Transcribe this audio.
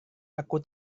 aku